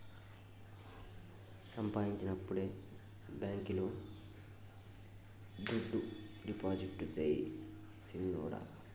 సంపాయించినప్పుడే బాంకీలో దుడ్డు డిపాజిట్టు సెయ్ సిన్నోడా